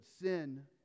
sin